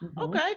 Okay